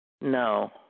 No